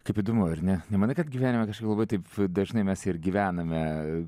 kaip įdomu ar ne nemanai kad gyvenime labai taip dažnai mes ir gyvename